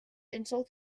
insult